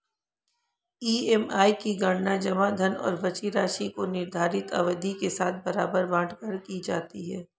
EMI की गणना जमा धन और बची राशि को निर्धारित अवधि के साथ बराबर बाँट कर की जाती है